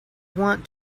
want